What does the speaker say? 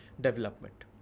development